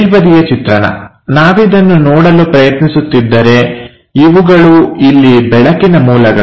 ಮೇಲ್ಬದಿಯ ಚಿತ್ರಣ ನಾವಿದನ್ನು ನೋಡಲು ಪ್ರಯತ್ನಿಸುತ್ತಿದ್ದರೆ ಇವುಗಳು ಇಲ್ಲಿ ಬೆಳಕಿನ ಮೂಲಗಳು